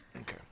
Okay